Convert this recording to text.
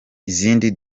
izindi